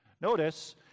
Notice